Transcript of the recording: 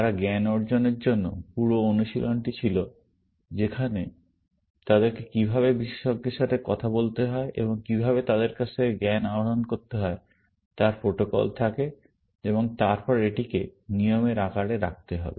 তারা জ্ঞান অর্জনের জন্য পুরো অনুশীলনটি ছিল যেখানে তাদেরকে কীভাবে বিশেষজ্ঞের সাথে কথা বলতে হয় এবং কীভাবে তাদের কাছ থেকে জ্ঞান আহরণ করতে হয় তার প্রোটোকল থাকে এবং তারপরে এটিকে নিয়মের আকারে রাখতে হবে